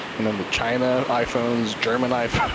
and then, the china iphones. german iphones.